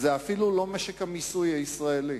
אפילו לא משק המיסוי הישראלי.